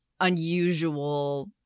unusual